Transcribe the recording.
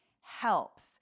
helps